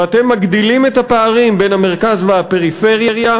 ואתם מגדילים את הפערים בין המרכז לפריפריה,